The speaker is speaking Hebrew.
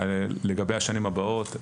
לגבי השנים הבאות,